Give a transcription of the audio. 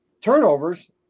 turnovers